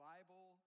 Bible